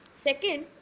Second